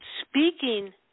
speaking